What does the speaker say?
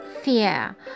fear